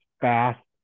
fast